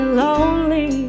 lonely